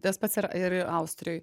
tas pats ir a ir ir austrijoj